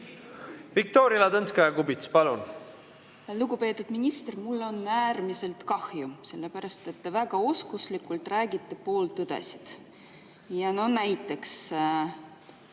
Viktoria Ladõnskaja-Kubits, palun! Lugupeetud minister! Mul on äärmiselt kahju, sellepärast et te väga oskuslikult räägite pooltõdesid. No näiteks,